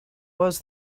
was